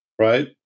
right